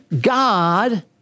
God